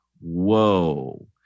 whoa